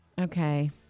okay